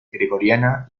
gregoriana